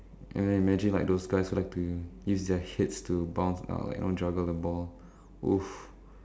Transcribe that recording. okay so now which which topic um let's see creative will be for last